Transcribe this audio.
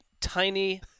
tiny